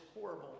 horrible